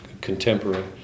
contemporary